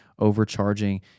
overcharging